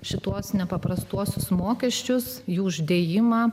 šituos nepaprastuosius mokesčius jų uždėjimą